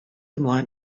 ymlaen